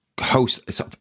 host